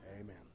amen